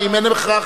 אם אין הכרח,